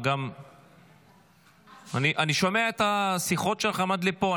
אני שומע את השיחות שלכם עד פה.